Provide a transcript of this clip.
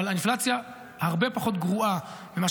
אבל האינפלציה הרבה פחות גרועה ממה